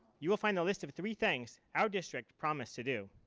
you will find the list of three things our district promised to do.